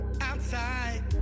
Outside